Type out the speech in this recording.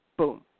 Boom